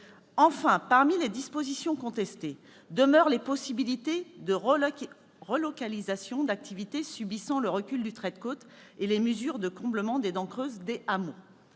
Enfin, parmi les dispositions contestées, demeurent les possibilités de relocalisation d'activités subissant le recul du trait de côte et les mesures de comblement des dents creuses des hameaux.